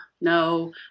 no